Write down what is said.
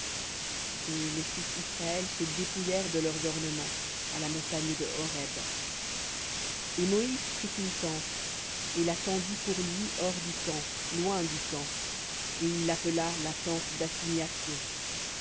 et les fils d'israël se dépouillèrent de leurs ornements à la montagne de horeb et moïse prit une tente et la tendit pour lui hors du camp loin du camp et il l'appela la tente d'assignation